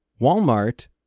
Walmart